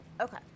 Okay